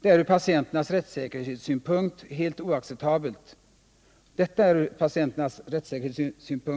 Detta är ur patienternas rättssäkerhetssynpunkt